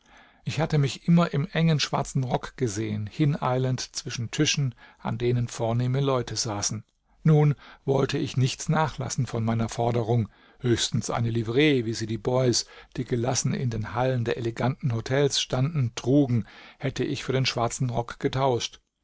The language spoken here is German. ich hatte mich immer im engen schwarzen rock gesehen hineilend zwischen tischen an denen vornehme leute saßen nun wollte ich nichts nachlassen von meiner forderung höchstens eine livree wie sie die boys die gelassen in den hallen der eleganten hotels standen trugen hätte ich für den schwarzen rock getauscht